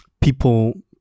People